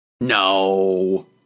No